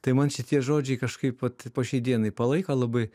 tai man šitie žodžiai kažkaip vat po šiai dienai palaiko labai